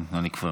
חבר הכנסת יואב